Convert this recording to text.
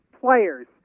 players